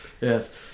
Yes